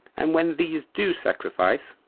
and when these do sacrifice,